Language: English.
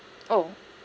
oh